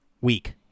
week